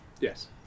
Yes